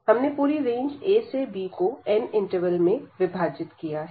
हमने पूरी range a से b को n इंटरवल में विभाजित किया है